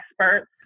experts